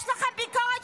יש לכם ביקורת,